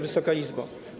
Wysoka Izbo!